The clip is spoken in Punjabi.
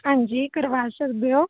ਹਾਂਜੀ ਕਰਵਾ ਸਕਦੇ ਓ